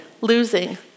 losing